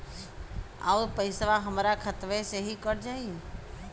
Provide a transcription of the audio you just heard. अउर पइसवा हमरा खतवे से ही कट जाई?